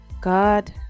god